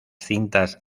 cintas